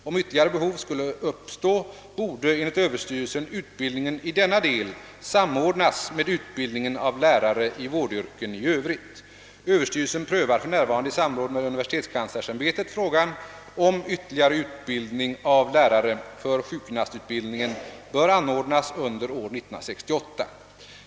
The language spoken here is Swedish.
Om ytterligare behov skulle uppstå, borde enligt överstyrelsen utbildningen i denna (del samordnas med utbildningen av lärare i vårdyrken i övrigt. Överstyrelsen prövar för närvarande i samråd med universitetskanslersämbetet frågan om ytterligare utbildning av lärare för sjukgymnastutbildningen bör anordnas under år 1968.